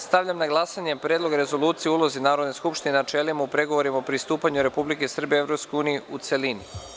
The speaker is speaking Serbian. Stavljam na glasanje Predlog rezolucije o ulozi Narodne skupštine i načelima u pregovorima o pristupanju Republike Srbije Evropskoj uniji, u celini.